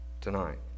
tonight